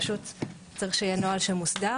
פשוט צריך שיהיה נוהל מוסדר.